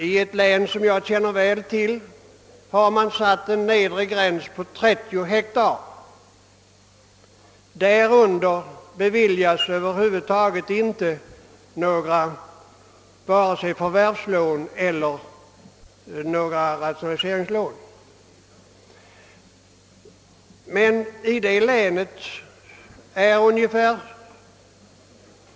I ett län, som jag väl känner till, har man satt en nedre gräns på 30 hektar, under vilken det över huvud taget inte beviljas vare sig förvärvslån eller rationaliseringslån.